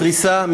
מתריסה,